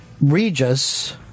Regis